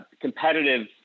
competitive